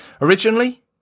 Originally